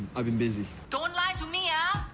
i've been busy. don't lie to me. ah